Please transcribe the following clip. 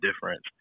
difference